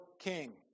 king